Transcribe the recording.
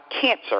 cancer